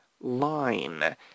line